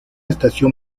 estación